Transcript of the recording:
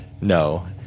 no